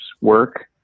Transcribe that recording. work